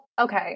Okay